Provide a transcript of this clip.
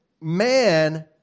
man